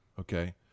Okay